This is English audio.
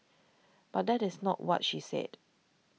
but that is not what she said